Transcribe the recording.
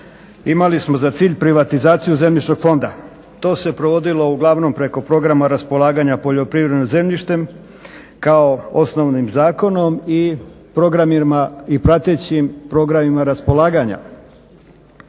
imali smo za cilj privatizaciju zemljišnog fonda. To se provodilo uglavnom preko programa raspolaganje poljoprivrednim zemljištem kao osnovnim zakonom i pratećim programima raspolaganja.